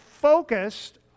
focused